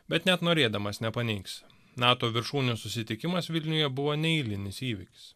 bet net norėdamas nepaneigs nato viršūnių susitikimas vilniuje buvo neeilinis įvykis